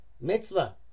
mitzvah